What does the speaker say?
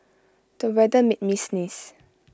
the weather made me sneeze